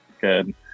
Good